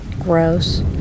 gross